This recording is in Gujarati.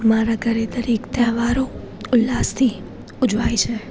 મારા ઘરે દરેક તહેવારો ઉલ્લાસથી ઉજવાય છે